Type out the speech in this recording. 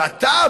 ואתה,